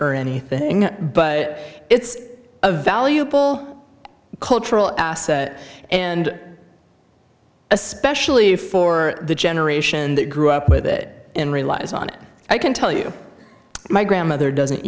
or anything but it's a valuable cultural and especially for the generation that grew up with it in relies on it i can tell you my grandmother doesn't